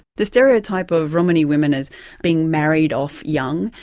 the stereotype of romani women as being married off young,